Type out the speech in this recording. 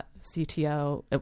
CTO